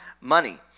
money